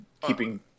keeping